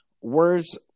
Words